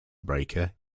breaker